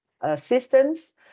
assistance